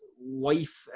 wife